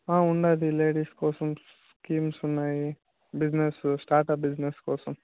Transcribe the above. ఉండాది లేడీస్ కోసం స్కీమ్స్ ఉన్నాయి బిజినెస్ స్టార్ట్అప్ బిజినెస్ కోసం